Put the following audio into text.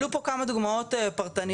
עלו פה כמה דוגמאות פרטניות